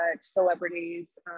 celebrities